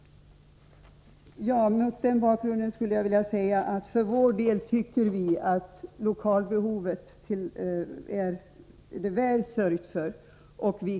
Mot denna bakgrund skulle jag vilja säga att vi för vår del anser att det är väl sörjt för lokalbehovet.